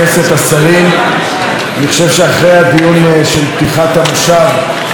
אני חושב שאחרי הדיון של פתיחת המושב והנאומים החשובים,